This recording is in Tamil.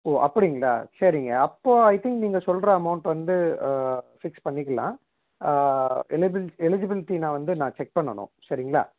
ஓ அப்படிங்களா சரிங்க அப்போ ஐ திங்க் நீங்கள் சொல்கிற அமௌண்ட் வந்து ஃபிக்ஸ் பண்ணிக்கிலாம் எலிபில் எலிஜிபில்ட்டி நான் வந்து நான் செக் பண்ணனும் சரிங்களா